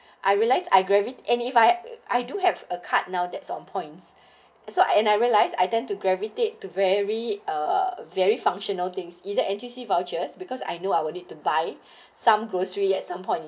I realised I gravite and if I I do have a card now that's on points so and I realized I tend to gravitate to very uh very functional things either N_T_C vouchers because I knew I will need to buy some grocery at some point